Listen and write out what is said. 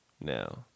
now